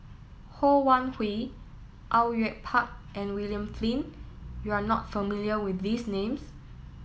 Ho Wan Hui Au Yue Pak and William Flint you are not familiar with these names